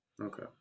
Okay